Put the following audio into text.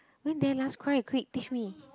when did I last cry quick teach me